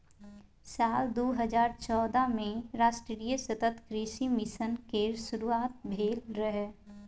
साल दू हजार चौदह मे राष्ट्रीय सतत कृषि मिशन केर शुरुआत भेल रहै